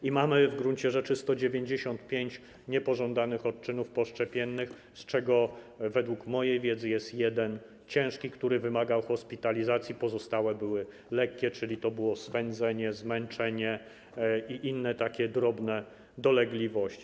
I mamy w gruncie rzeczy 195 niepożądanych odczynów poszczepiennych, z czego według mojej wiedzy jest jeden ciężki, który wymagał hospitalizacji, a pozostałe były lekkie, czyli to było swędzenie, zmęczenie i inne takie drobne dolegliwości.